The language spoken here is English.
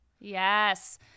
yes